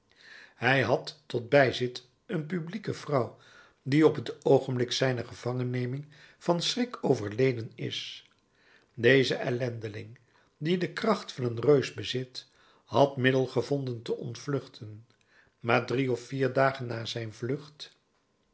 hij had tot bijzit een publieke vrouw die op het oogenblik zijner gevangenneming van schrik overleden is deze ellendeling die de kracht van een reus bezit had middel gevonden te ontvluchten maar drie of vier dagen na zijn vlucht